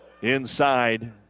Inside